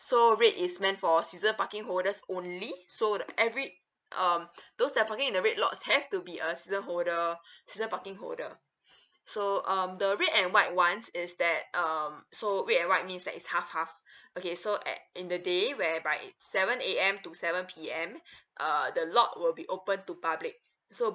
so red is meant for season parking holders only so every um those that's parking in the red lots have to be a season holder season parking holder so um the red and white [one] s is that um so red and white means that it's half half okay so at in the day when by seven A_M to seven P_M uh the lot will be open to public so